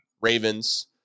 Ravens